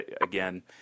again